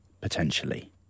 potentially